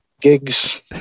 gigs